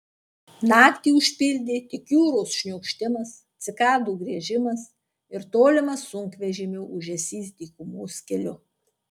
naktį užpildė tik jūros šniokštimas cikadų griežimas ir tolimas sunkvežimio ūžesys dykumos keliu